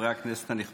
חברי הכנסת הנכבדים,